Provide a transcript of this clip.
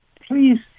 please